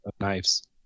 knives